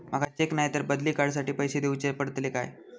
माका चेक नाय तर बदली कार्ड साठी पैसे दीवचे पडतले काय?